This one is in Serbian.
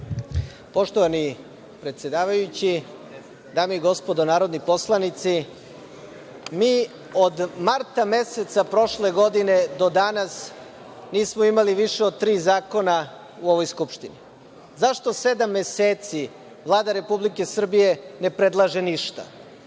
Poštovani predsedavajući, dame i gospodo narodni poslanici, mi od marta meseca prošle godine do danas nismo imali više od tri zakona u ovoj Skupštini.Zašto sedam meseci Vlada Republike Srbije ne predlaže ništa?